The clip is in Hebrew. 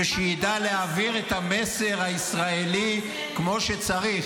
ושידע להעביר את המסר הישראלי כמו שצריך.